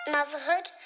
Motherhood